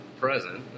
present